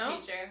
teacher